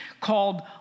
called